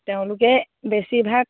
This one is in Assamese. তেওঁলোকে বেছিভাগ